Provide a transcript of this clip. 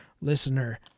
listener